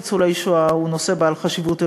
השעה 11:20, זאת אומרת רבע שעה.